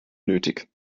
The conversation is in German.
nötig